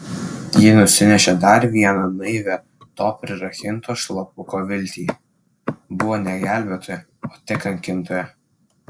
ji nusinešė dar vieną naivią to prirakinto šlapuko viltį buvo ne gelbėtoja o tik kankintoja